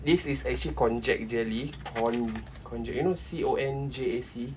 this is actually konjac jelly kon~ konjac you know C O N J A C